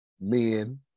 men